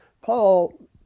Paul